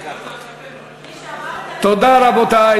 תודה, רבותי.